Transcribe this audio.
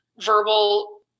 verbal